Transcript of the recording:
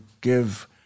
give